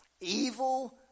Evil